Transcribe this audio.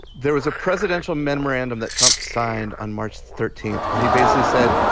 there was a presidential memorandum that trump signed on march thirteenth where he basically said,